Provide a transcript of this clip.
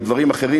או דברים אחרים.